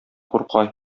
курка